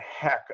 heck